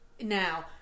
Now